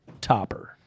topper